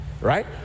right